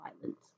violence